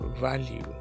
value